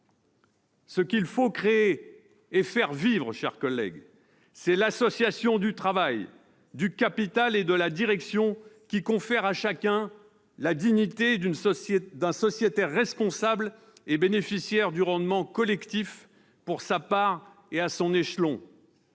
Ce qu'il faut créer et faire vivre, c'est l'association du travail, du capital et de la direction qui confère à chacun la dignité d'un sociétaire responsable et bénéficiaire du rendement collectif pour sa part et à son échelon.